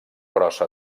grossa